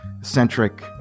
centric